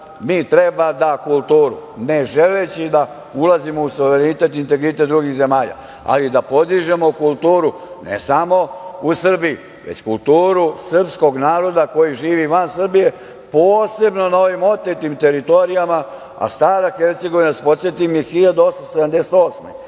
treba kulturu, ne želeći da ulazimo u suverenitet i integritet drugih zemalja, ali da podižemo kulturu ne samo u Srbiji, već kulturu srpskog naroda koji živi van Srbije, posebno na ovim otetim teritorijama. Moram da vas podsetim, stara